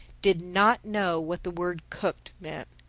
did not know what the word cooked meant!